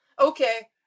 Okay